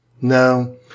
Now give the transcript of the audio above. No